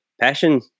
passion